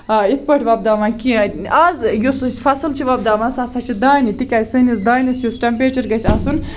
یِتھ پٲٹھۍ وۄپداوان کیٚنہہ آز یُس أسۍ فَصٕل چھِ وۄپداوان سُہ ہسا چھُ دانہِ تِکیازِ سٲنِس دانیس یُس ٹیمپیچر گژھِ آسُن